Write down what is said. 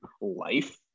life